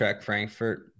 Frankfurt